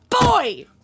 boy